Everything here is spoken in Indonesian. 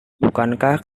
bukankah